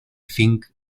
cinc